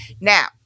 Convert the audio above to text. Now